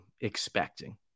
expecting